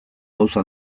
gauza